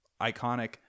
iconic